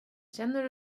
känner